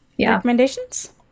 Recommendations